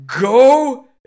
Go